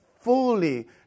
fully